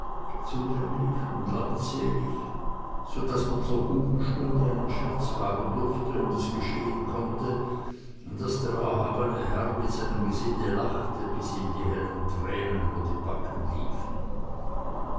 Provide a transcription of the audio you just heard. und leutselig so daß man zur guten stunde einen scherz wagen durfte und es geschehen konnte daß der erhabene herr mit seinem gesinde lachte bis ihm die hellen tränen über die backen liefen